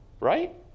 right